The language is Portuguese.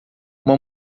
uma